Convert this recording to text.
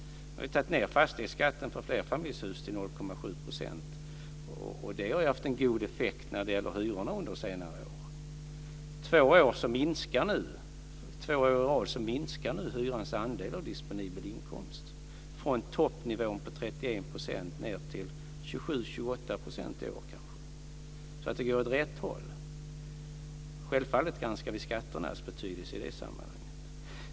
Vi har ju sänkt skatten för flerfamiljshus till 0,7 %, och det har haft en god effekt när det gäller hyrorna under senare år. Två år i rad minskar nu hyrans andel av den disponibla inkomsten, från toppnivån på 31 % ned till 27-28 % i år. Det går alltså åt rätt håll. Självfallet granskar vi skatternas betydelse i detta sammanhang.